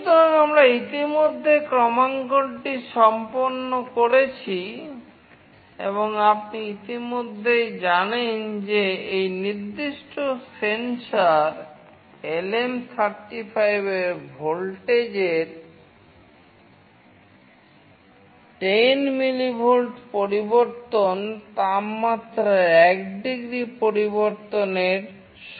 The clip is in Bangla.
সুতরাং আমরা ইতিমধ্যে ক্রমাঙ্কনটি সম্পন্ন করেছি এবং আপনি ইতিমধ্যে জানেন যে এই নির্দিষ্ট সেন্সর LM35 এর ভোল্টেজের 10 মিলিভোল্ট পরিবর্তন তাপমাত্রার 1 ডিগ্রি পরিবর্তনের সমান হবে